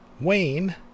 Wayne